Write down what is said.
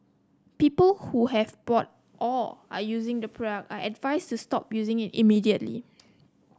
people who have bought or are using the product are advised to stop using it immediately